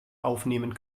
aufnehmen